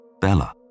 Bella